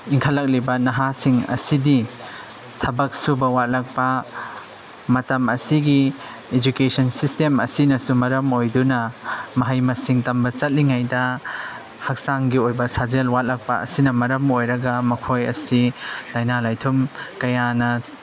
ꯏꯪꯈꯠꯂꯛꯂꯤꯕ ꯅꯍꯥꯁꯤꯡ ꯑꯁꯤꯗꯤ ꯊꯕꯛ ꯁꯨꯕ ꯋꯥꯠꯂꯛꯄ ꯃꯇꯝ ꯑꯁꯤꯒꯤ ꯏꯖꯨꯀꯦꯁꯟ ꯁꯤꯁꯇꯦꯝ ꯑꯁꯤꯅꯁꯨ ꯃꯔꯝ ꯑꯣꯏꯗꯨꯅ ꯃꯍꯩ ꯃꯁꯤꯡ ꯇꯝꯕ ꯆꯠꯂꯤꯉꯩꯗ ꯍꯛꯆꯥꯡꯒꯤ ꯑꯣꯏꯕ ꯁꯥꯖꯦꯜ ꯋꯥꯠꯂꯛꯄ ꯑꯁꯤꯅ ꯃꯔꯝ ꯑꯣꯏꯔꯒ ꯃꯈꯣꯏ ꯑꯁꯤ ꯂꯥꯏꯅꯥ ꯂꯥꯏꯊꯨꯡ ꯀꯌꯥꯅ